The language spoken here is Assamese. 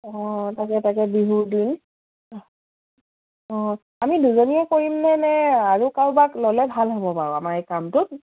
অঁ তাকে তাকে বিহুৰ দিন অঁ আমি দুজনীয়ে কৰিমনে নে আৰু কাৰোবাক ল'লে ভাল হ'ব বাৰু আমাৰ এই কামটোত